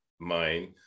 mind